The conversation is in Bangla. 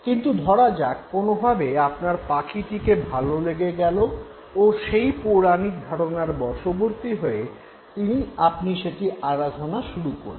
কিন্তু ধরা যাক কোনোভাবে আপনার পাখিটিকে ভাল লেগে গেল ও সেই পৌরাণিক ধারণার বশবর্তী হয়ে সেটির আরাধনা শুরু করলেন